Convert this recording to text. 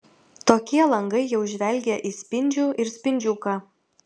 tokie langai jau žvelgia į spindžių ir spindžiuką